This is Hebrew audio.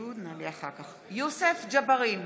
נוכח יוסף ג'בארין,